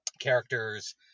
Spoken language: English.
characters